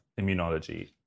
immunology